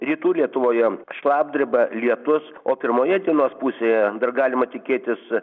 rytų lietuvoje šlapdriba lietus o pirmoje dienos pusėje dar galima tikėtis